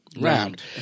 round